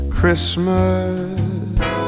Christmas